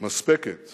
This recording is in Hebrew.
מספקת